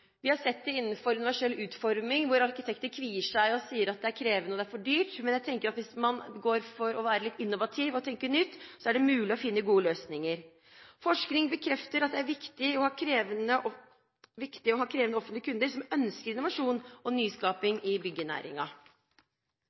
Vi har sett det innenfor universell utforming, hvor arkitekter kvier seg og sier at det er krevende og for dyrt, men jeg tenker at hvis man går for å være litt innovativ og tenke nytt, er det mulig å finne gode løsninger. Forskning bekrefter at det er viktig å ha krevende offentlige kunder som ønsker innovasjon og nyskaping i